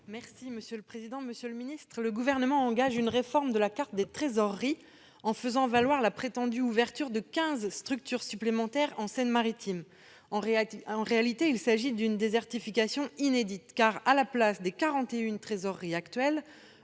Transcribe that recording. Monsieur le secrétaire d'État, le Gouvernement engage une réforme de la carte des trésoreries en faisant valoir la prétendue ouverture de 15 structures supplémentaires en Seine-Maritime. En réalité, il s'agit d'une désertification inédite. À la place des 41 trésoreries actuelles,